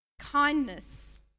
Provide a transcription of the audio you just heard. kindness